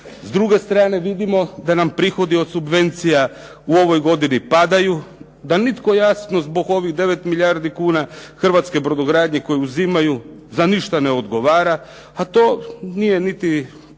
S druge strane vidimo da nam prihodi od subvencija u ovoj godini padaju da nitko jasno zbog ovih 9 milijardi kuna hrvatske brodogradnje koju uzimaju za ništa ne odgovara a to nije niti